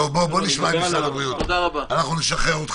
בואו נשמע את משרד הבריאות.